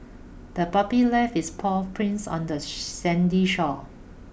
the puppy left its paw prints on the sandy shore